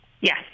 Yes